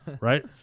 Right